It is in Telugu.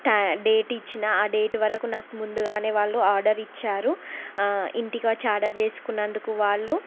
డేట్ ఇచ్చాను ఆ డేట్ వరకు నాకు ముందుగానే వాళ్ళు ఆర్డర్ ఇచ్చారు ఇంటికి వచ్చి ఆర్డర్ చేసుకున్నందుకు వాళ్ళు